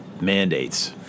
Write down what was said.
mandates